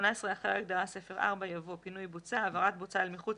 אחרי ההגדרה "ספר 4" יבוא: ""פינוי בוצה" העברת בוצה אל מחוץ